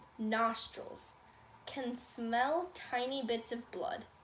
nostrils can smell tiny bits of blood.